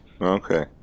Okay